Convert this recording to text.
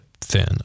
thin